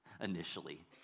initially